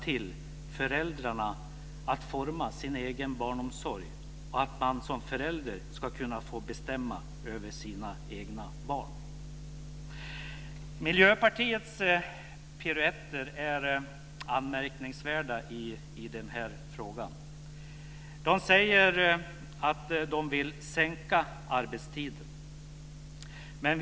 Miljöpartiets piruetter i den här frågan är anmärkningsvärda. Miljöpartiet säger sig vilja sänka arbetstiden.